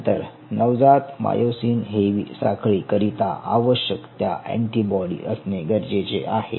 नंतर नवजात myosin heavy साखळी करिता आवश्यक त्या अँटीबॉडी असणे गरजेचे आहे